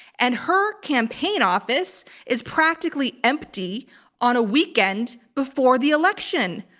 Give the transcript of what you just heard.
and her campaign office is practically empty on a weekend before the election.